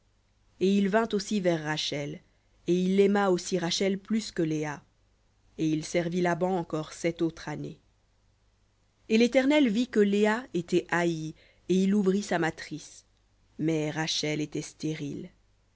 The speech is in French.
et il vint aussi vers rachel et il aima aussi rachel plus que léa et il servit laban encore sept autres années v et l'éternel vit que léa était haïe et il ouvrit sa matrice mais rachel était stérile